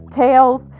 tails